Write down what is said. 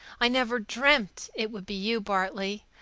i never dreamed it would be you, bartley.